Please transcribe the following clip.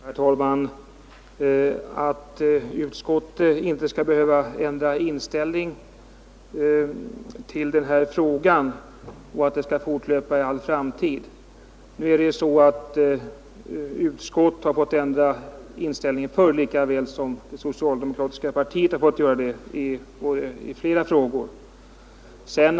Herr talman! Herr Fredriksson säger att utskottet inte skall behöva ändra inställning till frågan och att detta skall fortlöpa i all framtid. Nu är det ju så att utskott har fått ändra inställning lika väl som det socialdemokratiska partiet har fått göra det i flera frågor.